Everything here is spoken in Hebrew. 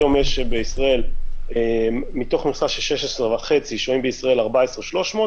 היום מתוך מכסה של 16,500 שוהים בישראל 14,300,